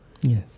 Yes